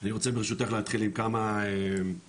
אני רוצה ברשותך להתחיל עם כמה עובדות